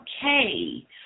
okay